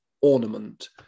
ornament